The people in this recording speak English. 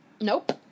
nope